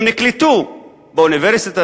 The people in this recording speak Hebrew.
הם נקלטו באוניברסיטה,